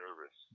nervous